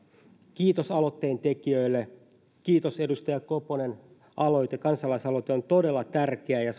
kiitos aloitteen tekijöille kiitos edustaja koponen kansalaisaloite on todella tärkeä ja